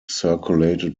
circulated